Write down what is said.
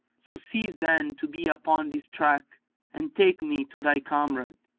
so cease then to be upon this track and take me to thy comrade.